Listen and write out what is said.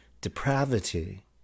depravity